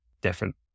different